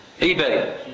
eBay